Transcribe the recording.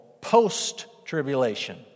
post-tribulation